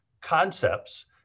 concepts